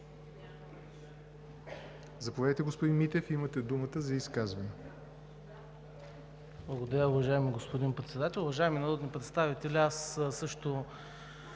Заповядайте, господин Митев, имате думата за изказване.